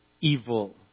evil